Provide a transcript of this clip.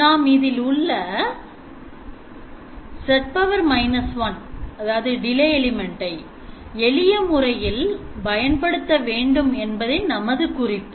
நாம் இதில் உள்ள z −1 எளிய முறையில் பயன்படுத்த வேண்டும் என்பதே நமது குறிப்பு